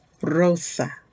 rosa